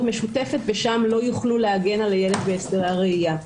משותפת ושם לא יוכלו להגן על הילד בהסדרי הראיה.